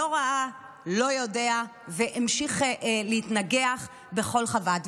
לא ראה, לא יודע, והמשיך להתנגח בכל חוות דעת.